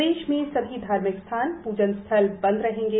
प्रदेश में सभी धार्मिक स्थान पूजन स्थल ब्रव रहेंगे